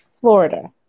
Florida